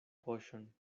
poŝon